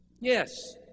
Yes